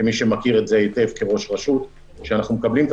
כמי שמכיר את זה היטב כראש רשות כשאנחנו מקבלים את